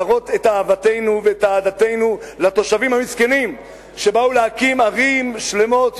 להראות את אהבתנו ואת אהדתנו לתושבים המסכנים שבאו להקים ערים שלמות,